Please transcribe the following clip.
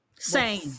Sane